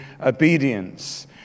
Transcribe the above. obedience